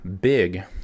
big